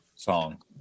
song